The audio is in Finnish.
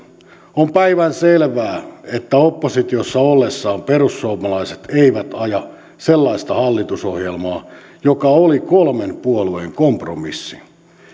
on päivänselvää että oppositiossa ollessaan perussuomalaiset eivät aja sellaista hallitusohjelmaa joka oli kolmen puolueen kompromissi